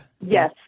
Yes